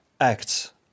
Acts